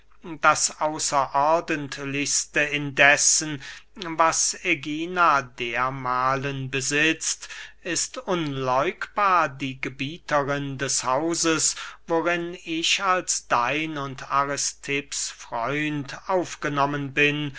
das außerordentlichste indessen was ägina dermahlen besitzt ist unleugbar die gebieterin des hauses worin ich als dein und aristipps freund aufgenommen bin